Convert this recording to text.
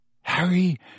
Harry